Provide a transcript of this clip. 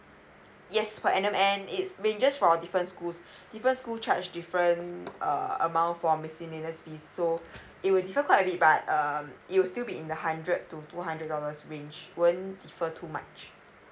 yes per annum and it's been just for different schools different school charge different err amount for miscellaneous fees so it will give a quite a bit but um it will still be in the hundred to two hundred dollars range won't differ too much